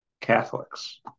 Catholics